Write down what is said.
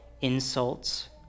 Insults